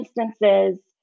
instances